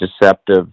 deceptive